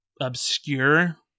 obscure